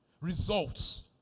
Results